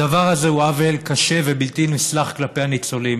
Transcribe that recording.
הדבר הזה הוא עוול קשה ובלתי נסלח כלפי הניצולים.